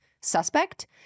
suspect